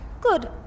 Good